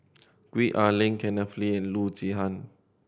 Gwee Ah Leng Kenneth Kee and Loo Zihan